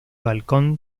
balcón